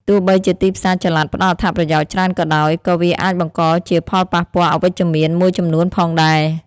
ទោះបីជាទីផ្សារចល័តផ្តល់អត្ថប្រយោជន៍ច្រើនក៏ដោយ ក៏វាអាចបង្កជាផលប៉ះពាល់អវិជ្ជមានមួយចំនួនផងដែរ។